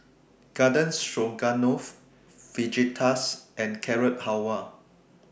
Garden Stroganoff Fajitas and Carrot Halwa